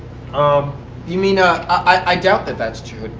um yeah i mean ah i doubt that that's true,